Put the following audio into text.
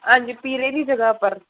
हां जी पीरै दी जगह उप्पर